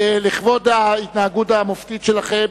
לכבוד ההתנהגות המופתית שלכם,